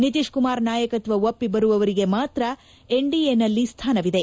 ನಿತೀಶ್ ಕುಮಾರ್ ನಾಯಕತ್ವ ಒಪ್ಪಿ ಬರುವವರಿಗೆ ಮಾತ್ರ ಎನ್ಡಿಎನಲ್ಲಿ ಸ್ಥಾನವಿದೆ